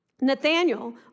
Nathaniel